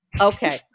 okay